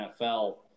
NFL